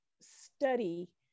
study